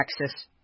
Texas